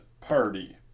party